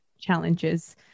challenges